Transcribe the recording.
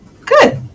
Good